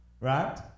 Right